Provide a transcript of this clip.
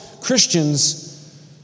Christians